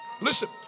listen